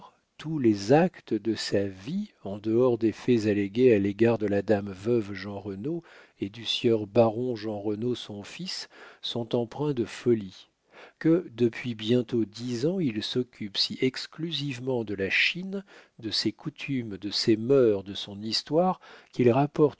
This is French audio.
tous les actes de sa vie en dehors des faits allégués à l'égard de la dame veuve jeanrenaud et du sieur baron jeanrenaud son fils sont empreints de folie que depuis bientôt dix ans il s'occupe si exclusivement de la chine de ses coutumes de ses mœurs de son histoire qu'il rapporte